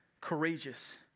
courageous